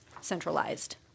centralized